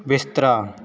बिस्तरा